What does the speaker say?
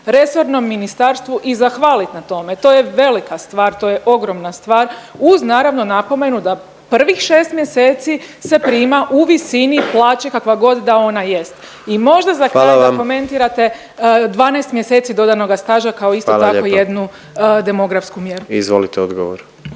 resornom ministarstvu i zahvalit na tome. To je velika stvar, to je ogromna stvar uz naravno napomenu da prvih šest mjeseci se prima u visini plaće kakva god da ona jest. I možda da za kraj komentirate … …/Upadica predsjednik: Hvala vam./… … 12 mjeseci dodanoga